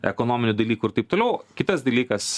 ekonominių dalykų ir taip toliau kitas dalykas